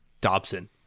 Dobson